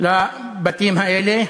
לבתים האלה,